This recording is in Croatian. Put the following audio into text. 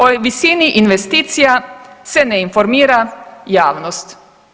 O visini investicija se ne informira javnost.